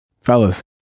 Fellas